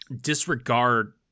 disregard